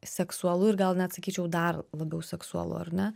seksualu ir gal net sakyčiau dar labiau seksualu ar ne